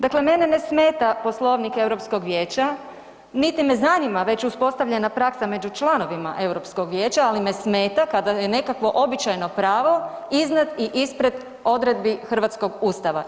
Dakle, mene ne smeta Poslovnik Europskog vijeća niti me zanima već uspostavljena praksa među članovima Europskog vijeća, ali me smeta kada je nekakvo običajno pravo iznad i ispred odredbi hrvatskog Ustava.